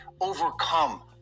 overcome